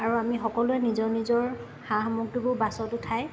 আৰু আমি সকলোৱে নিজৰ নিজৰ সা সামগ্ৰীবোৰ বাছত উঠাই